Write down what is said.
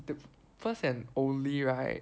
the first and only right